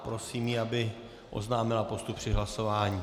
Prosím ji, aby oznámila postup při hlasování.